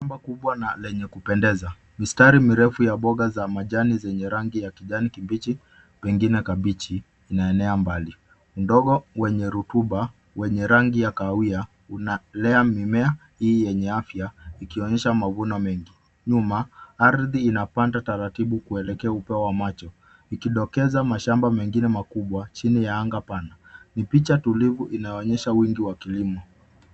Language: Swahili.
Shamba kubwa na lenye kupendeza. Mistari mirefu ya mboga za majani zenye rangi ya kijani kibichi, pengine kabichi inaenea mbali. Udongo wenye rutuba wenye rangi ya kahawia, unalea mimea hii yenye afya, ikionyesha mavuno mengi. Nyuma, ardhi inapanda taratibu kuelekea upeo wa macho nikidokeza mashamba mengine makubwa chini ya anga pana ni picha tulivu inaonyesha wingi wa